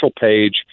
page